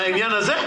על העניין הזה?